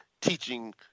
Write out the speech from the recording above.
teaching